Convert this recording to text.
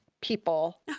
people